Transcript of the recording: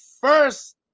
first